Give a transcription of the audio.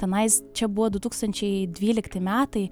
tenais čia buvo du tūkstančiai dvylikti metai